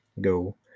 go